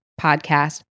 podcast